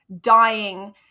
dying